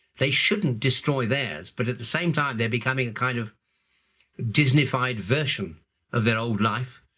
they shouldn't destroy theirs, but at the same time they're becoming a kind of disneyfied version of their old life,